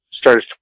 started